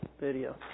Video